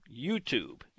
YouTube